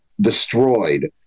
destroyed